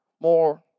more